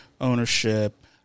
ownership